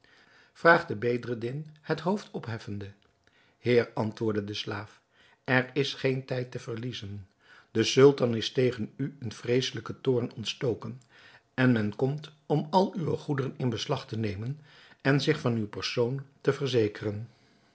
vraagde bedreddin het hoofd opheffende heer antwoordde de slaaf er is geen tijd te verliezen de sultan is tegen u in vreeselijken toorn ontstoken en men komt om al uwe goederen in beslag te nemen en zich van uw persoon te verzekeren